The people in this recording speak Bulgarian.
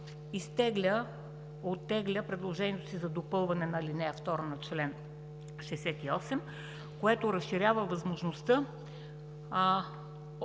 оттегля предложението си за допълване на ал. 2 на чл. 68, което разширява възможността